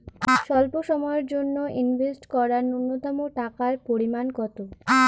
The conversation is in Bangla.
স্বল্প সময়ের জন্য ইনভেস্ট করার নূন্যতম টাকার পরিমাণ কত?